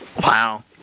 Wow